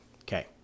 Okay